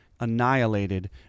annihilated